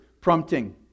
prompting